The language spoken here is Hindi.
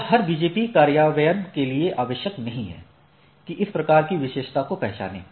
यह हर BGP कार्यान्वयन के लिए आवश्यक नहीं है कि इस प्रकार की विशेषता को पहचानें